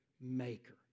maker